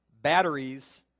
Batteries